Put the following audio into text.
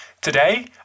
Today